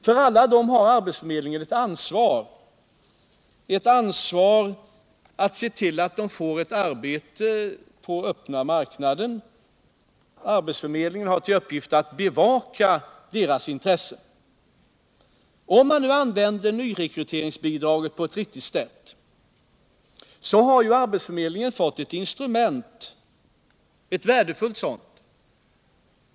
För alla dem har arbetsförmedlingen ansvaret att se till att de får ett arbete på öppna marknaden. Arbetsförmedlingen har till uppgift att bevaka deras intressen. Om man använder nyrekryteringsbidraget på ett riktigt sätt, så har arbetsförmedlingen i det ett värdefullt instrument.